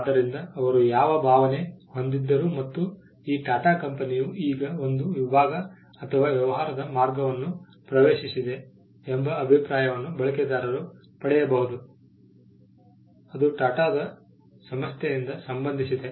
ಆದ್ದರಿಂದ ಅವರು ಯಾವ ಭಾವನೆ ಹೊಂದಿದ್ದರೂ ಮತ್ತು ಈ ಟಾಟಾ ಕಂಪನಿಯು ಈಗ ಒಂದು ವಿಭಾಗ ಅಥವಾ ವ್ಯವಹಾರದ ಮಾರ್ಗವನ್ನು ಪ್ರವೇಶಿಸಿದೆ ಎಂಬ ಅಭಿಪ್ರಾಯವನ್ನು ಬಳಕೆದಾರರು ಪಡೆಯಬಹುದು ಅದು ಟಾಟಾದ ಸಂಸ್ಥೆಯಿಂದ ಸಂಬಂಧಿಸಿದೆ